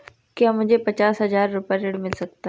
क्या मुझे पचास हजार रूपए ऋण मिल सकता है?